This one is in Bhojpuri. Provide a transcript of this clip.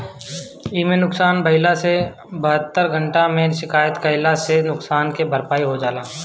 इमे नुकसान भइला पे बहत्तर घंटा में शिकायत कईला से नुकसान के भरपाई हो जाला